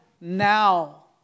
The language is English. now